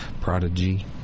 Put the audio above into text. Prodigy